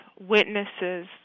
witnesses